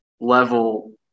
level